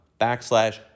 backslash